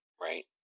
Right